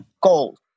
gold